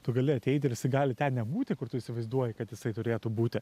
tu gali ateiti ir jisai gali ten nebūti kur tu įsivaizduoji kad jisai turėtų būti